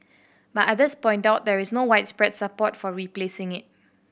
but others point out there is no widespread support for replacing it